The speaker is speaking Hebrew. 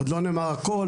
עוד לא נאמר הכל,